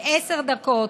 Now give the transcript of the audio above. בעשר דקות,